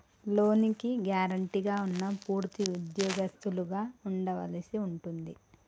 లోనుకి గ్యారెంటీగా ఉన్నా పూర్తి ఉద్యోగస్తులుగా ఉండవలసి ఉంటుంది